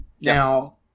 Now